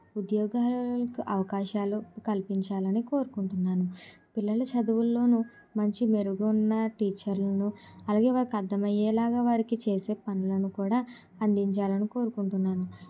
ఉద్యోగలలకు అవకాశాలు కల్పించాలని కోరుకుంటున్నాను పిల్లల చదువుల్లోను మంచి మెరుగు ఉన్న టీచర్లును అలాగే వాళ్ళకి అర్థమయ్యేలాగా వాళ్ళకి చేసే పనులను కూడా అందించాలని కోరుకుంటున్నాను